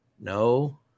No